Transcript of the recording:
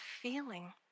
feeling